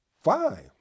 fine